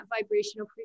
vibrational